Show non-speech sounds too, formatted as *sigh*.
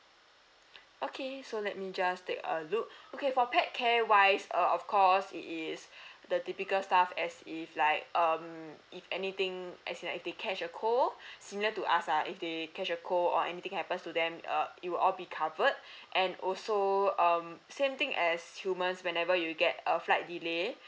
okay so let me just take a look okay for pet care wise uh of course it is *breath* the typical stuff as if like um if anything as in like if they catch a cold *breath* similar to us ah if they catch a cold or anything happens to them uh it will all be covered *breath* and also um same thing as humans whenever you get a flight delay